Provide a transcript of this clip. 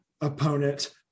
opponent